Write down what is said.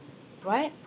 what